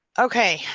okay.